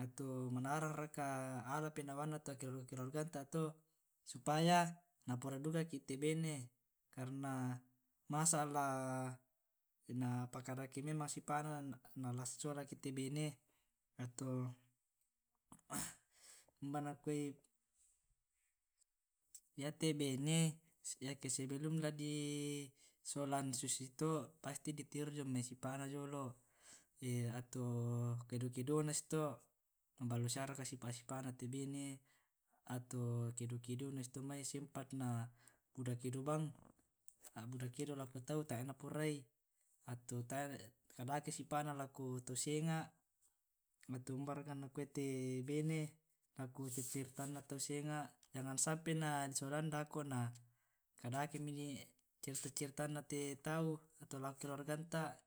atau manarang raka ala penawanna to keluarganta to. supaya napurai duka ki te' bene karna masa' la na pakadakei memang sipa'na na la sisolaki te' bene, ato umba nakuai yate bene sebelum la disisolan susito pasti ditiro jomai sipa'na jolo atau kedo kedona susito maballo siaraka sipa' sipa'na te bene atau kedo kedona susito mai atau sempat na buda kedo bang, buda kedo lako tau tae'na porai ato kadake sipa'na lako to senga' matumba raka nakuai tee bene lako caritanna tau senga' jangan sampaina di solang dako na kadakemi carita caritanna te tau atau lako keluarganta